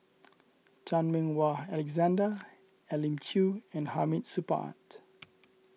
Chan Meng Wah Alexander Elim Chew and Hamid Supaat